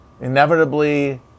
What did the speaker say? inevitably